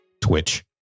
Twitch